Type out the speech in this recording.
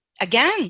again